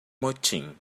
motim